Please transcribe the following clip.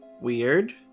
Weird